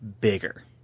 bigger